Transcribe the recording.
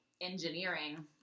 engineering